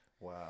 Wow